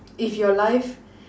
if your life